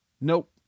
Nope